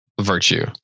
virtue